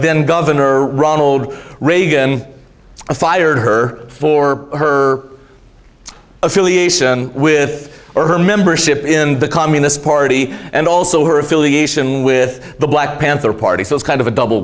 governor ronald reagan fired her her for affiliation with or her membership in the communist party and also her affiliation with the black panther party so it's kind of a double